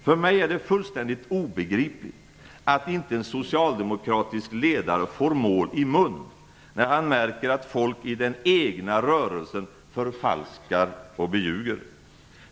För mig är det fullständigt obegripligt att inte en socialdemokratisk ledare får mål i munnen när han märker att folk i den egna rörelsen förfalskar och beljuger.